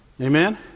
Amen